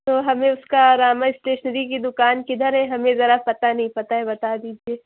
تو ہمیں اس کا راما اسٹیشنری کی دکان کدھر ہے ہمیں ذرا پتہ نہیں پتہ ہے بتا دیجیے